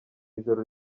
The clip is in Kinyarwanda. ijoro